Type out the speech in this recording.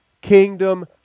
kingdom